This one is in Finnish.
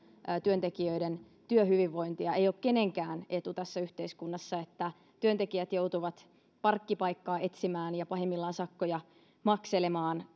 työntekijöiden työhyvinvointia ei ole kenenkään etu tässä yhteiskunnassa että työntekijät joutuvat parkkipaikkaa etsimään ja pahimmillaan sakkoja makselemaan